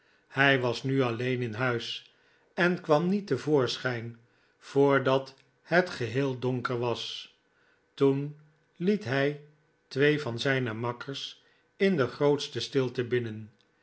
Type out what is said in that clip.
hij was nu alleen in huis en kwam niet te voorschyn voordat het geheel donker was toen liet hij twee van zijne makkers in de grootste stilte binnen